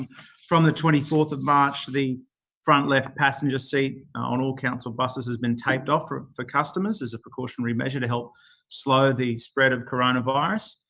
um from twenty four march, the front left passenger seat on all council buses has been taped off for for customers, as a precautionary measure, to help slow the spread of coronavirus.